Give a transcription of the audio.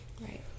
right